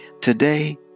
...today